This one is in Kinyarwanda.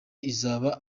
izaba